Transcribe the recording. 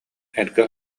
эргэ